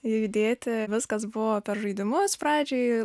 judėti viskas buvo per žaidimus pradžioj